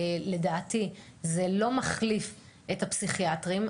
לדעתי זה לא מחליף את הפסיכיאטרים,